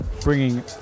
bringing